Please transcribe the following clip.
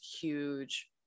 huge